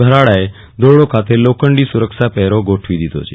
ભરાડાએ ધોરડો ખાતે લોખંડી સુરક્ષા પહેરો ગોઠવી દીધો છે